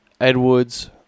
Edwards